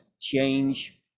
change